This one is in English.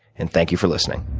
and thank you for listening.